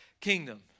kingdom